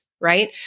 right